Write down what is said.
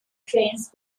trains